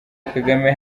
kagame